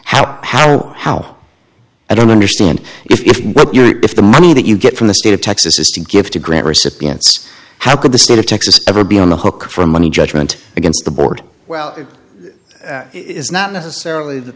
how hello how i don't understand if if the money that you get from the state of texas is to give to grant recipients how could the state of texas ever be on the hook for money judgment against the board well it's not necessarily the